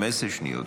15 שניות,